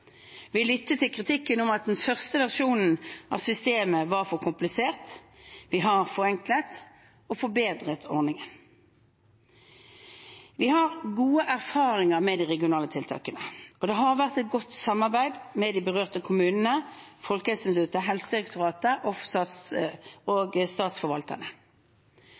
Vi lyttet til kritikken om at den første versjonen av systemet var for komplisert, og vi har forenklet og forbedret ordningen. Vi har gode erfaringer med de regionale tiltakene. Det har vært et godt samarbeid med de berørte kommunene, Folkehelseinstituttet, Helsedirektoratet og statsforvalterne. I tråd med råd fra Helsedirektoratet og